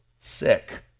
sick